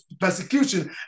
persecution